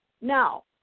Now